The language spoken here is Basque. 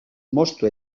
moztu